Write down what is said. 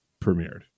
premiered